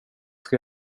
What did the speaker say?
ska